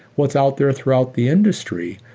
what's out there throughout the industry?